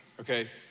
okay